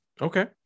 Okay